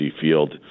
Field